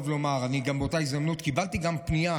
ולומר: באותה הזדמנות גם קיבלתי פנייה,